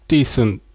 Decent